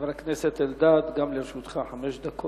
חבר הכנסת אלדד, גם לרשותך חמש דקות.